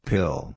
Pill